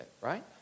right